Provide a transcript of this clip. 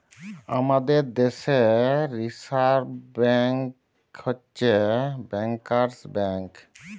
আমাদের দ্যাশে reserve bank হছে ব্যাংকার্স ব্যাংক